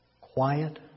quiet